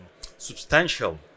substantial